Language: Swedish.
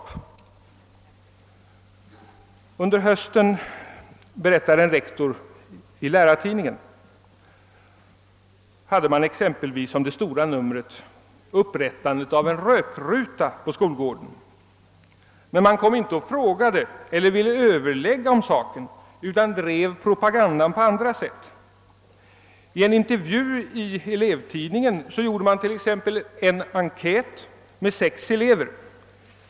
Under hösten, berättar en rektor i Lärartidningen, hade man exempelvis som det stora numret upprättandet av en rökruta på skolgården. Men man kom inte och frågade eller ville överlägga om saken, utan man drev propagandan på andra sätt. I en intervju i elevtid ningen gjorde man t.ex. en enkät med sex elever.